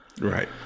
Right